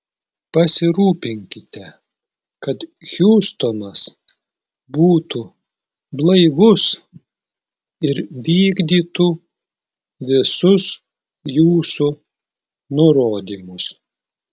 pasirūpinkite kad hiustonas būtų blaivus ir vykdytų visus jūsų nurodymus